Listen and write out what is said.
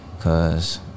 Cause